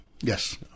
Yes